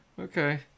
Okay